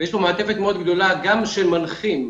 ויש לנו מעטפת מאוד גדולה גם של מנחים.